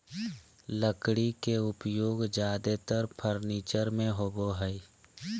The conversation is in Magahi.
लकड़ी के उपयोग ज्यादेतर फर्नीचर में होबो हइ